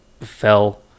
fell